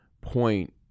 point